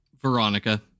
Veronica